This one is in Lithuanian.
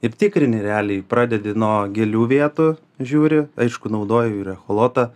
ir tikrini realiai pradedi nuo gilių vietų žiūri aišku naudoju ir echolotą